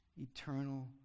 eternal